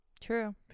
True